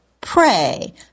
pray